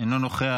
אינו נוכח,